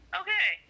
okay